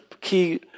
key